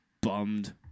bummed